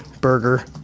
burger